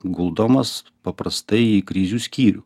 guldomas paprastai į krizių skyrių